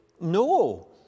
No